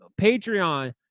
Patreon